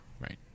Right